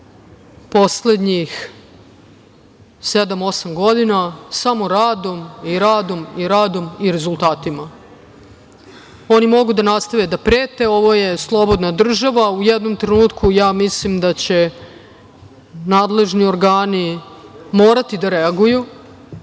poslednjih 7-8 godina, samo radom, i radom, i radom, i rezultatima. Oni mogu da nastave da prete. Ovo je slobodna država. U jednom trenutku ja mislim da će nadležni organi morati da reaguju.